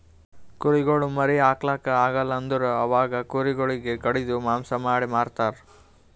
ಕುರಿಗೊಳ್ ಮರಿ ಹಾಕ್ಲಾಕ್ ಆಗಲ್ ಅಂದುರ್ ಅವಾಗ ಕುರಿ ಗೊಳಿಗ್ ಕಡಿದು ಮಾಂಸ ಮಾಡಿ ಮಾರ್ತರ್